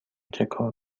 چکار